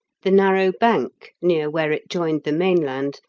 the narrow bank, near where it joined the mainland,